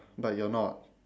but you're not